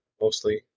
mostly